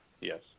Yes